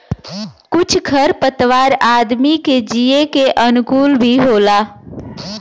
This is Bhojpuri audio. कुछ खर पतवार आदमी के जिये के अनुकूल भी होला